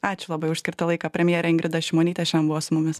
ačiū labai už skirtą laiką premjerė ingrida šimonytė šiam buvo su mumis